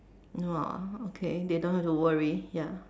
no ah okay they don't have to worry ya